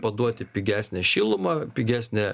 paduoti pigesnę šilumą pigesnę